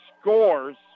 scores